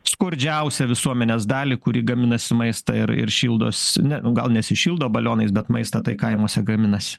skurdžiausią visuomenės dalį kuri gaminasi maistą ir ir šildos ne nu gal nesišildo balionais bet maistą tai kaimuose gaminasi